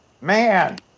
Man